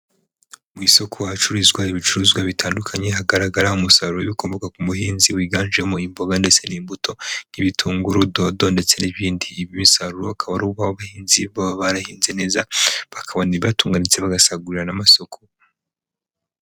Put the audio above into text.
Mu isoko hacururizwa ibicuruzwa bitandukanye hagaragara umusaruro w'ibikomoka ku buhinzi wiganjemo imboga ndetse n'imbuto, nk'ibitunguru, dodo, ndetse n'ibindi, ibi bisaruro bikaba ari uko abahinzi baba barahinze neza bakabona ibibatunga, ndetse bagasagurira n'amasoko.